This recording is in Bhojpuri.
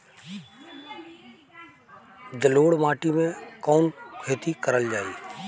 जलोढ़ माटी में कवन खेती करल जाई?